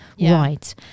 right